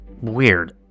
weird